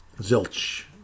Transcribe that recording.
zilch